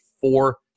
four